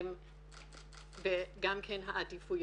והעדיפויות.